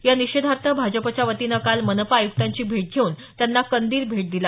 या निषेधार्थ भाजपच्या वतीनं काल मनपा आयुक्तांची भेट घेऊन त्यांना कंदील भेट दिला